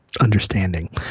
understanding